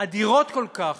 אדירות כל כך,